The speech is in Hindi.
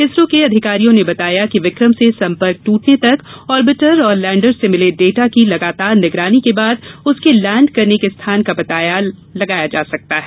इसरो के अधिकारियों ने बताया कि विकम से संपर्क टूटने तक ऑर्बिटर और लैंडर से मिले डाटा की लगातार निगरानी के बाद उसे लैंड करने के स्थान का पता लगाया जा सका है